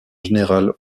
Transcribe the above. général